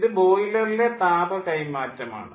ഇത് ബോയിലറിലെ താപ കൈമാറ്റം ആണ്